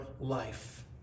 life